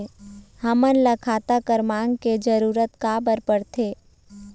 हमन ला खाता क्रमांक के जरूरत का बर पड़थे?